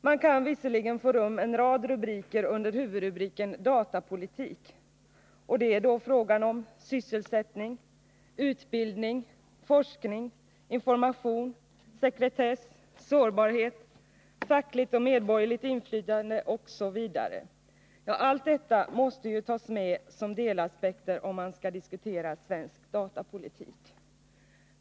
Man kan visserligen få rum med en rad rubriker under huvudrubriken datapolitik, och det är då fråga om sysselsättning, utbildning, forskning, information, sekretess, sårbarhet, fackligt och medborgerligt inflytande osv. Ja, allt detta måste ju tas med som delaspekter, om man skall diskutera svensk datapolitik.